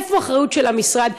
איפה האחריות של המשרד?